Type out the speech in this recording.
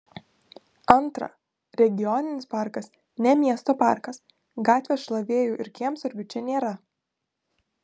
antra regioninis parkas ne miesto parkas gatvės šlavėjų ir kiemsargių čia nėra